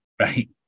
Right